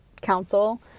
council